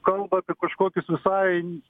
kalba apie kažkokius visai